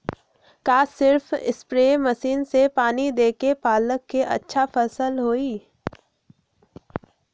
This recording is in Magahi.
का सिर्फ सप्रे मशीन से पानी देके पालक के अच्छा फसल होई?